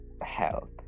health